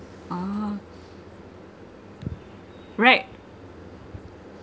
oh right